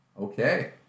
Okay